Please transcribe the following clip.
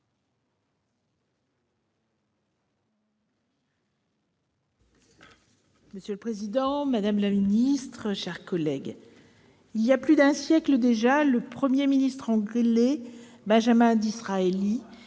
Monsieur le président, madame la ministre, mes chers collègues, voilà plus d'un siècle déjà, le Premier ministre anglais Benjamin Disraeli